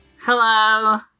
Hello